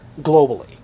globally